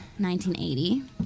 1980